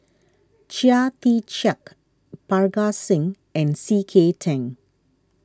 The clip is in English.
Chia Tee Chiak Parga Singh and C K Tang